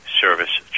service